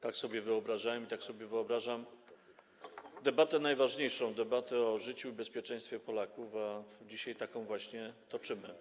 Tak sobie wyobrażałem i tak sobie wyobrażam debatę najważniejszą, debatę o życiu i bezpieczeństwie Polaków, a dzisiaj taką właśnie toczymy.